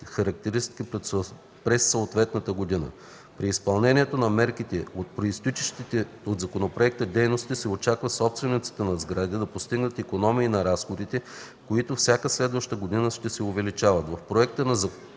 характеристики през съответната година. При изпълнението на мерките от произтичащите от законопроекта дейности се очаква собствениците на сгради да постигнат икономии на разходите, които всяка следваща година ще се увеличават.